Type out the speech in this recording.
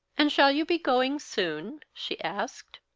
and shall you be going soon? she asked.